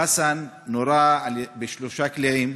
חסן נורה בשלושה קליעים,